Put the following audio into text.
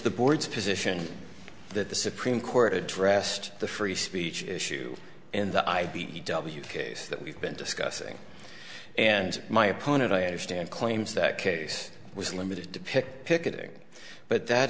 the board's position that the supreme court addressed the free speech issue in the i b e w case that we've been discussing and my opponent i understand claims that case was limited to pick picketing but that